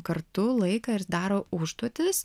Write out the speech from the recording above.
kartu laiką ir daro užduotis